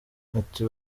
ati